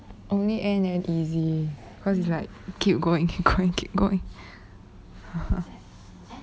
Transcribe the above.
only ann damn easy cause it's like keep going keep going keep going